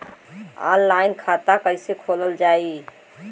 Online खाता कईसे खोलल जाई?